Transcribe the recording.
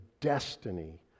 destiny